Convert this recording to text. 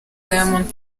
diamond